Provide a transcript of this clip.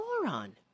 moron